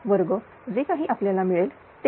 952 जे काही आपल्याला मिळेल ते